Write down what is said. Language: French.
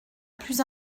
plus